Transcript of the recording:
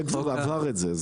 זה כבר עבר את זה.